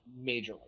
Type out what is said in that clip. majorly